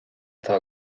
atá